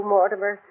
Mortimer